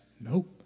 Nope